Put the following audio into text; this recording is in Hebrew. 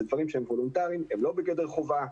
אלה דברים וולונטריים, הם לא בגדר חובה.